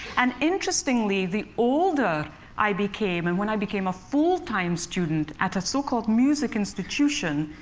and interestingly, the older i became, and when i became a full-time student at a so-called music institution,